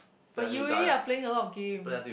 but you already are playing a lot of game